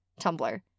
Tumblr